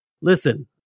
Listen